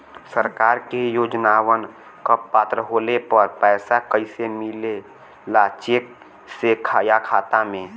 सरकार के योजनावन क पात्र होले पर पैसा कइसे मिले ला चेक से या खाता मे?